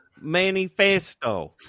Manifesto